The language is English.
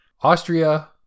Austria